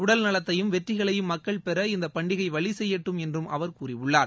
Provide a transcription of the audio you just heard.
உடல் நலத்தையும் வெற்றிகளையும் மக்கள் பெற இந்தப் பண்டிகை வழி செய்யட்டும் என்று அவர் கூறியுள்ளார்